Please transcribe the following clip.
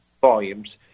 volumes